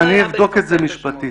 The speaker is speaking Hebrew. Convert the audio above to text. אני צריך לבדוק את זה משפטית.